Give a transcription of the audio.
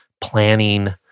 planning